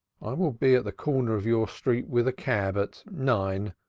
i will be at the corner of your street with a cab at nine,